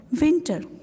winter